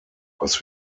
was